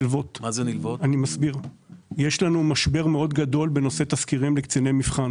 יש לנו משבר גדול מאוד בנושא תזכירים לקציני מבחן.